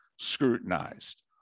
scrutinized